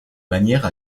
manière